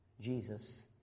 Jesus